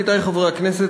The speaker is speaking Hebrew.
עמיתי חברי הכנסת,